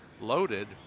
loaded